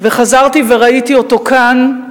וחזרתי וראיתי אותו כאן,